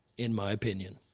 in my opinion.